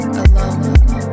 alone